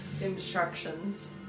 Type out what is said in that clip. instructions